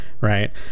right